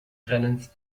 rennens